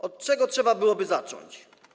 Od czego trzeba byłoby zacząć?